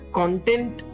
content